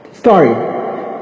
story